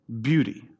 beauty